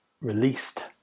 released